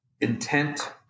intent